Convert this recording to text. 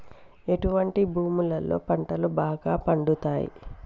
ఎటువంటి భూములలో పంటలు బాగా పండుతయ్?